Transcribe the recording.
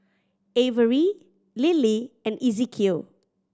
Avery Lilly and Ezekiel